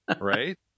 Right